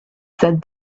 said